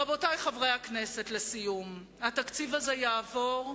רבותי חברי הכנסת, לסיום, התקציב הזה יעבור,